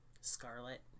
Scarlet